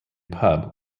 pub